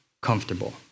comfortable